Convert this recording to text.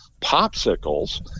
popsicles